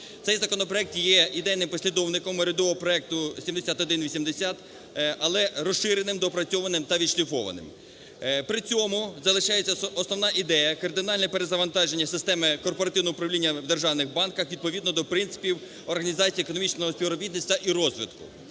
Цей законопроект є ідейним послідовником урядового проекту 7180, але розширеним, доопрацьованим та відшліфованим. При цьому залишається основна ідея: кардинальне перезавантаження системи корпоративного управління в державних банках відповідно до принципів організації економічного співробітництва і розвитку.